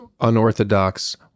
unorthodox